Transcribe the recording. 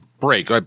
Break